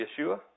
Yeshua